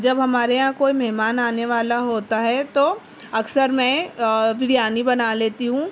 جب ہمارے یہاں کوئی مہمان آنے والا ہوتا ہے تو اکثر میں بریانی بنا لیتی ہوں